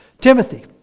Timothy